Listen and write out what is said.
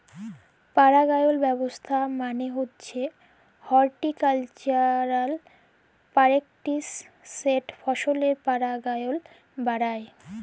পারাগায়ল ব্যাবস্থা মালে হছে হরটিকালচারাল প্যারেকটিস যেট ফসলের পারাগায়ল বাড়ায়